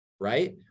Right